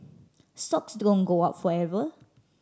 stocks don't go up forever